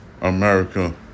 America